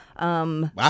Wow